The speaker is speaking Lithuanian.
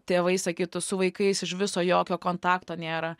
tėvai sakytų su vaikais iš viso jokio kontakto nėra